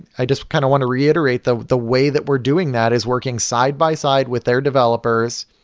i just kind of want to reiterate, the the way that we're doing that is working side-by-side with their developers,